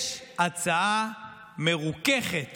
יש הצעה מרוככת